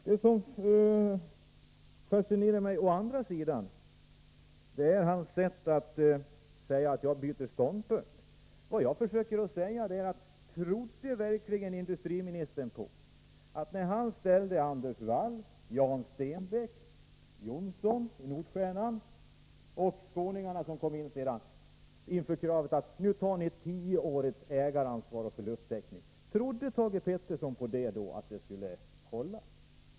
Det som å andra sidan fascinerar mig är industriministerns sätt att säga att jag byter ståndpunkt. Vad jag försöker säga är detta: När industriministern ställde Anders Wall, Jan Stenbeck, Johnson i Nordstjernan och Skånska Cement, som kom med senare, inför kravet att ta ett tioårigt ägaransvar och en förlusttäckning, trodde industriministern då att det skulle hålla?